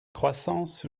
croissance